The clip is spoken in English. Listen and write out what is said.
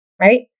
right